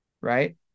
Right